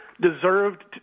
deserved